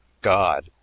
God